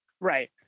Right